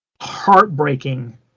heartbreaking